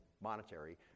monetary